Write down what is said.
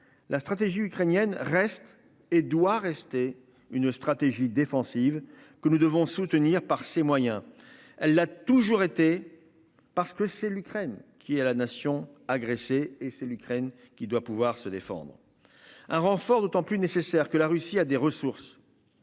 la stratégie ukrainienne reste et doit rester une stratégie défensive que nous devons soutenir par ces moyens. Elle a toujours été parce que c'est l'Ukraine qui à la nation agressée et c'est l'Ukraine qui doit pouvoir se défendre. Un renfort d'autant plus nécessaire que la Russie a des ressources.